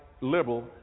liberal